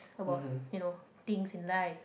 about you know things in life